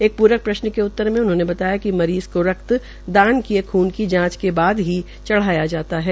एक प्रक प्रश्न के उत्तर में उन्होंने बताया कि मरीज को रक्त दान किये खून की जांच के बाद ही चढ़ाया जाता है